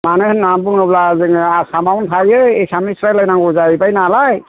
मानो होन्नानै बुङोब्ला जोङो आसामावनो थायो एसामिस रायलायनांगौ जाहैबाय नालाय